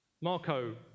Marco